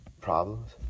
problems